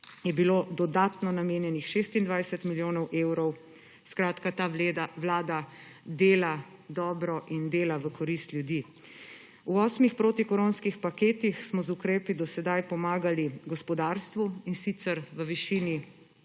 je bilo dodatno namenjenih 26 milijonov evrov. Skratka, ta vlada dela dobro in dela v korist ljudi. V osmih protikoronskih paketih smo z ukrepi do sedaj pomagali gospodarstvu, in sicer v višini